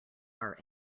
are